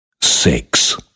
six